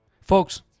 Folks